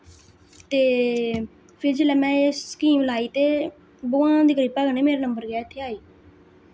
ते फिर जिल्लै में एह् स्कीम लाई ते भगवान दी कृपा कन्नै मेरा नंबर गेआ इत्थै आई